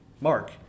mark